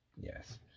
Yes